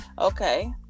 okay